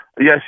yes